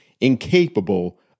incapable